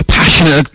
passionate